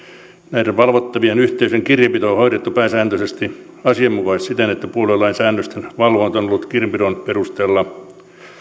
näiden valvottavien yhteisöjen kirjanpito on hoidettu pääsääntöisesti asianmukaisesti siten että puoluelain säännösten valvonta on ollut kirjanpidon perusteella